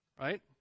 right